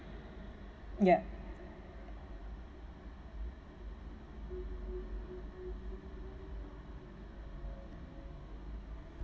ya